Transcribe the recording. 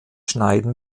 schneiden